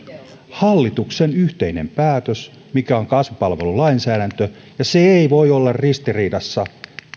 hallituksen yhteinen päätös mikä on kasvupalvelulainsäädäntö ja se ei voi olla ristiriidassa